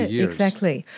yeah exactly.